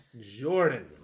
Jordan